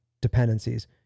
dependencies